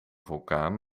vulkaan